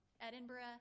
Edinburgh